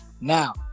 Now